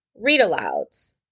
read-alouds